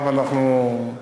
עכשיו אנחנו,